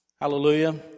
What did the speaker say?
Hallelujah